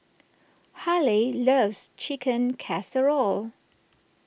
Haleigh loves Chicken Casserole